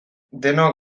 denok